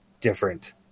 different